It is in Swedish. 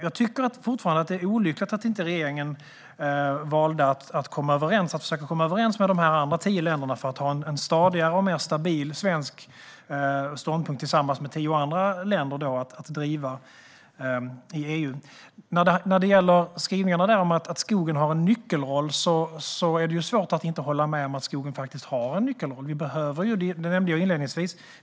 Jag tycker fortfarande att det är olyckligt att regeringen inte valde att försöka komma överens med de andra tio länderna för att ha en stadigare och mer stabil svensk ståndpunkt att tillsammans driva i EU. När det gäller skrivningarna om att skogen har en nyckelroll är det svårt att inte hålla med. Det nämnde jag inledningsvis.